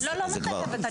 מחייבת.